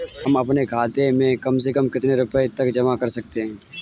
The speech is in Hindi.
हम अपने खाते में कम से कम कितने रुपये तक जमा कर सकते हैं?